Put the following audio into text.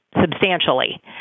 substantially